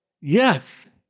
yes